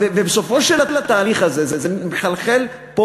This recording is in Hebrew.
ובסופו של התהליך הזה זה מחלחל פה